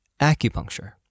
acupuncture